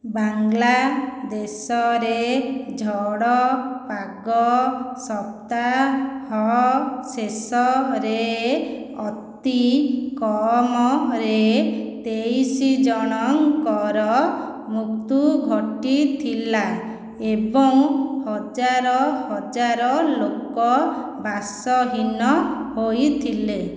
ବାଂଲାଦେଶରେ ଝଡ଼ ପାଗ ସପ୍ତାହ ଶେଷରେ ଅତି କମ୍ରେ ତେଇଶି ଜଣଙ୍କର ମୃତ୍ୟୁ ଘଟିଥିଲା ଏବଂ ହଜାର ହଜାର ଲୋକ ବାସହୀନ ହୋଇଥିଲେ